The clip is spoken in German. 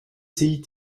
sie